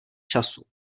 času